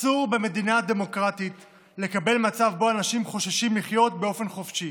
אסור במדינה דמוקרטית לקבל מצב שבו אנשים חוששים לחיות באופן חופשי.